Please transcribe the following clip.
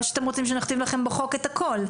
או שאתם רוצים שנכתיב לכם בחוק את הכל?